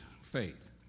faith